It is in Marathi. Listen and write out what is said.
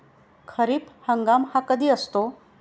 खरीप हंगाम हा कधी असतो?